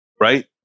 right